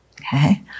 Okay